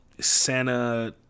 Santa